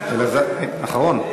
אלעזר, אחרון?